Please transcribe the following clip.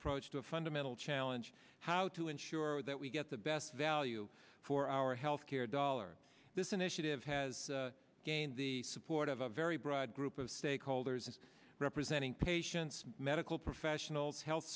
approach to a fundamental challenge how to ensure that we get the best value for our health care dollar this initiative has gained the support of a very broad group of stakeholders as representing patients medical professionals health